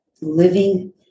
living